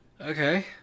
okay